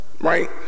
right